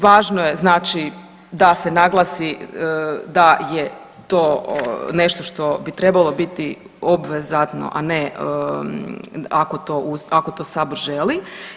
Važno je znači da se naglasi da je to nešto što bi trebalo biti obvezatno, a ne ako to sabor želi.